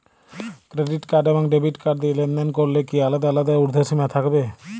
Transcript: Credit card এবং debit card দিয়ে লেনদেন করলে কি আলাদা আলাদা ঊর্ধ্বসীমা থাকবে?